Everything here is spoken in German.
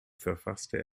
verfasste